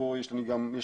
כשפה יש לנו תכנית